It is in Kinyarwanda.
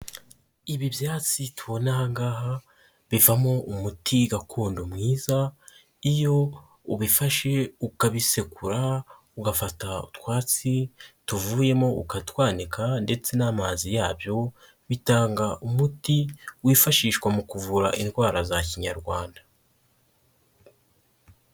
Ibi byatsi tubona aha ngaha bivamo umuti gakondo mwiza, iyo ubifashe ukabisekura, ugafata utwatsi tuvuyemo ukatwanika, ndetse n'amazi yabyo bitanga umuti wifashishwa mu kuvura indwara za kinyarwanda.